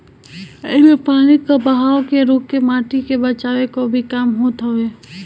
इमे पानी कअ बहाव के रोक के माटी के बचावे कअ भी काम होत हवे